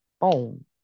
boom